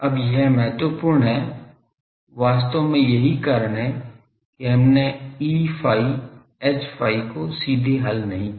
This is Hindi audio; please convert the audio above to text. अब यह महत्वपूर्ण है वास्तव में यही कारण है कि हमने Eϕ Hϕ को सीधे हल नहीं किया